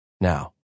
now